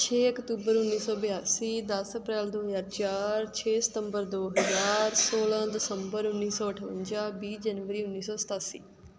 ਛੇ ਅਕਤੂਬਰ ਉੱਨੀ ਸੌ ਬਿਆਸੀ ਦਸ ਅਪ੍ਰੈਲ ਦੋ ਹਜ਼ਾਰ ਚਾਰ ਛੇ ਸਤੰਬਰ ਦੋ ਹਜ਼ਾਰ ਸੋਲ੍ਹਾਂ ਦਸੰਬਰ ਉੱਨੀ ਸੌ ਅਠਵੰਜਾ ਵੀਹ ਜਨਵਰੀ ਉੱਨੀ ਸੌ ਸਤਾਸੀ